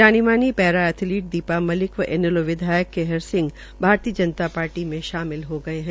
जानी मानी para Olympic athlete Deepa Malik व इनैलो विधायक केहर सिंह भारतीय जनता पार्टी में शामिल हो गये है